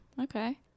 Okay